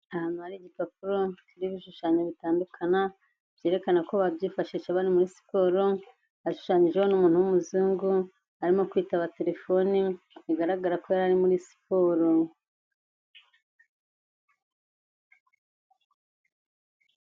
Ahantu hari igipapuro kiriho ibishushanyo bitandukana byerekana ko babyifashisha bari muri siporo. Hashushanyijeho n'umuntu w'umuzungu arimo kwitaba telefone, bigaragara ko yari muri siporo.